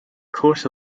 course